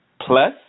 plus